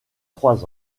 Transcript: trois